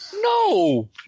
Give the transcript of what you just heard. No